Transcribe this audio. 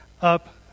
up